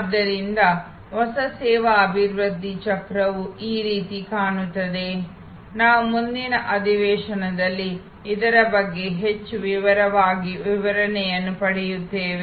ಆದ್ದರಿಂದ ಹೊಸ ಸೇವಾ ಅಭಿವೃದ್ಧಿ ಚಕ್ರವು ಈ ರೀತಿ ಕಾಣುತ್ತದೆ ನಾವು ಮುಂದಿನ ಅಧಿವೇಶನದಲ್ಲಿ ಇದರ ಬಗ್ಗೆ ಹೆಚ್ಚು ವಿವರವಾದ ವಿವರಣೆಯನ್ನು ಪಡೆಯುತ್ತೇವೆ